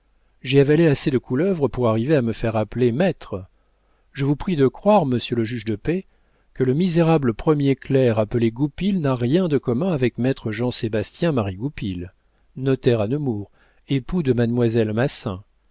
j'ai avalé assez de couleuvres pour arriver à me faire appeler maître je vous prie de croire monsieur le juge de paix que le misérable premier clerc appelé goupil n'a rien de commun avec maître jean sébastien marie goupil notaire à nemours époux de mademoiselle massin